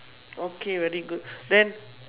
okay very good then